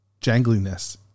jangliness